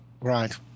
right